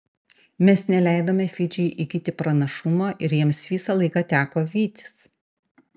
mes neleidome fidžiui įgyti pranašumo ir jiems visą laiką teko vytis